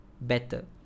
better